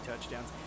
touchdowns